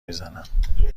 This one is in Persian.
میزنم